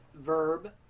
verb